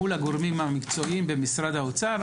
מול הגורמים המקצועיים במשרד האוצר,